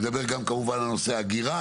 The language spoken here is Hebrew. נדבר גם כמובן על נושא האגירה,